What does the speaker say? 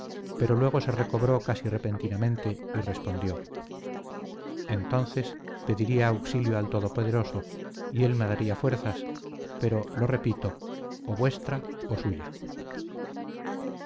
pero luego se recobró casi repentinamente y respondió entonces pediría auxilio al todopoderoso y él me daría fuerzas pero lo repito o vuestra o suya